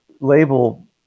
label